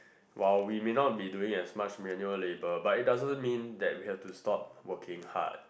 while we may not be doing as much manual labor but it doesn't mean that we have to stop working hard